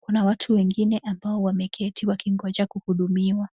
kuna watu wengine ambao wameketi wakingoja kuhudumiwa.